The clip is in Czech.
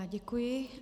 Děkuji.